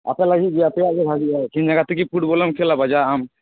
ᱟᱯᱮ ᱞᱟᱹᱜᱤᱫ ᱟᱯᱮᱭᱟᱜ ᱜᱮ ᱵᱷᱟᱜᱮᱜᱼᱟ ᱮᱠᱷᱮᱱ ᱡᱟᱦᱟ ᱛᱮᱜᱮ ᱯᱷᱩᱴᱵᱚᱞᱮᱢ ᱠᱷᱮᱞᱟ ᱵᱟᱡᱟᱜ ᱟᱢ